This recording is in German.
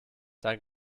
dein